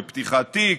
בפתיחת תיק,